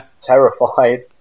terrified